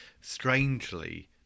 strangely